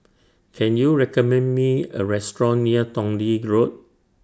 Can YOU recommend Me A Restaurant near Tong Lee Road